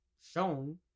shown